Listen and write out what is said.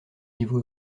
niveau